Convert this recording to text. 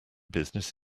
business